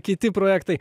kiti projektai